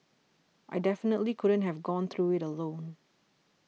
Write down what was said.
I definitely couldn't have gone through it alone